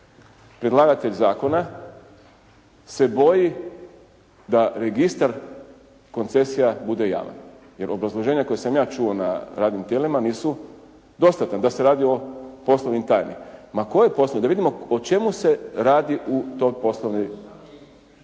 predlagatelj zakona se boji da registar koncesija bude javan. Jer obrazloženja koje sam ja čuo na radnim tijelima nisu besplatna, da se radi o poslovnoj tajni. Ma koje poslovno, da vidimo o čemu se radi u tom poslovnom …